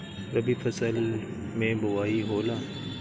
रबी फसल मे बोआई होला?